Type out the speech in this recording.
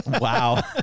Wow